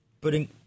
putting